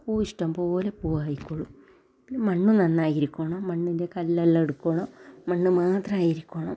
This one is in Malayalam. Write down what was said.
ഇഷ്ടം പോലെ പൂവായിക്കോളും മണ്ണ് നന്നായിരിക്കണം മണ്ണിലെ കല്ലെല്ലാം എടുക്കണം മണ്ണ് മാത്രായിരിക്കണം